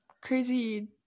crazy